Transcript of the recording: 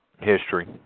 history